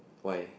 why